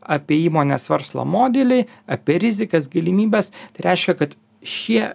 apie įmonės verslo modelį apie rizikas galimybes tai reiškia kad šie